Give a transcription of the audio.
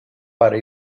para